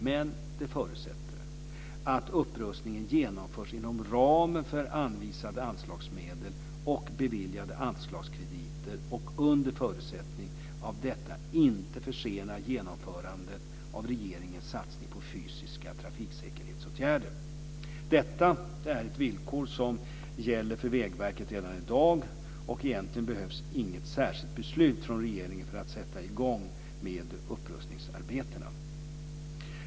Men det förutsätter att upprustningen genomförs inom ramen för anvisade anslagsmedel och beviljade anslagskrediter och under förutsättning att detta inte försenar genomförandet av regeringens satsning på fysiska trafiksäkerhetsåtgärder. Detta är ett villkor som gäller för Vägverket redan i dag, och egentligen behövs inget särskilt beslut från regeringen för att sätta i gång med upprustningsarbetena.